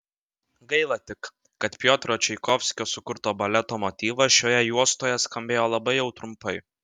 gaila tik kad piotro čaikovskio sukurto baleto motyvas šioje juostoje skambėjo labai jau trumpai